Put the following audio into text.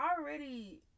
already